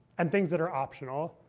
and things that are optional,